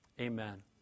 amen